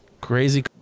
crazy